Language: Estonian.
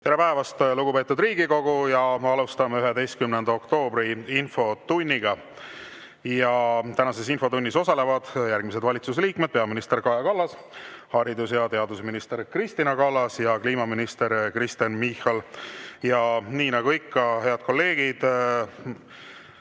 Tere päevast, lugupeetud Riigikogu! Me alustame 11. oktoobri infotundi. Tänases infotunnis osalevad järgmised valitsuse liikmed: peaminister Kaja Kallas, haridus‑ ja teadusminister Kristina Kallas ja kliimaminister Kristen Michal. Ja nii nagu ikka, head kolleegid,